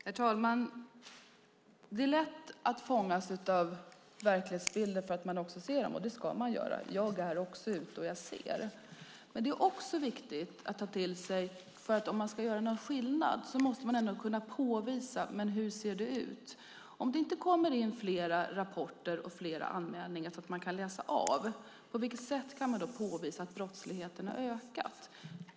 Herr talman! Det är lätt att fångas av verklighetsbilder. Man ska se dem. Jag är ute och ser dem. För att göra skillnad måste man kunna påvisa hur det ser ut. Om det inte kommer in fler rapporter och anmälningar, på vilket sätt kan man påvisa att brottsligheten har ökat?